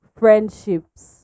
friendships